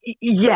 Yes